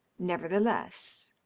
nevertheless.